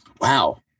Wow